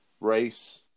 race